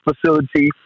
facility